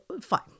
fine